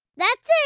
that's it.